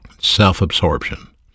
self-absorption